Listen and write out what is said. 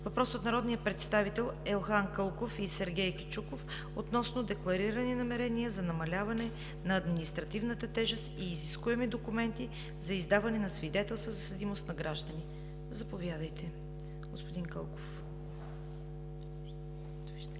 Въпрос от народния представител Елхан Кълков и Сергей Кичиков относно декларирани намерения за намаляване на административната тежест и изискуеми документи за издаване на свидетелства за съдимост на граждани. Заповядайте, господин Кълков.